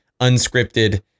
unscripted